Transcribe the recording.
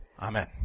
Amen